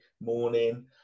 morning